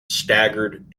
staggered